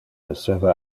esseva